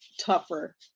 tougher